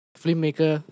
filmmaker